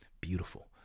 beautiful